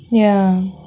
ya